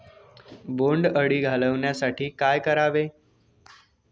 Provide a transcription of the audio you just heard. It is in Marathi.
बोंडअळी घालवण्यासाठी काय करावे?